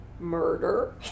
murder